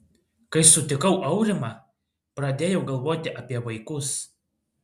kai sutikau aurimą pradėjau galvoti apie vaikus